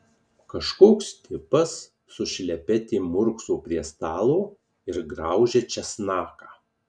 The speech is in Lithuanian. kažkoks tipas su šlepetėm murkso prie stalo ir graužia česnaką